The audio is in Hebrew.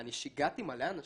אני שיגעתי מלא אנשים.